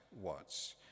Watts